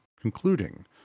concluding